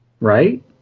Right